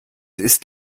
ist